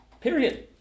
Period